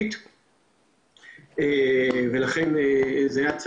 לכן לא